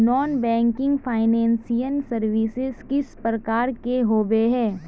Non banking financial services किस प्रकार के होबे है?